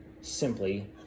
simply